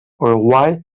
uruguai